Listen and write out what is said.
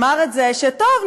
אמר: טוב,